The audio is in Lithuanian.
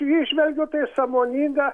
įžvelgiu tai sąmoningą